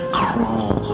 crawl